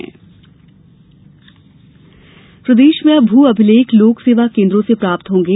मु अभिलेख प्रदेश में अब भू अभिलेख लोक सेवा केंद्रो से प्राप्त होंगे